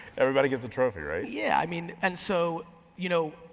everybody gets a trophy, right? yeah i mean, and so you know,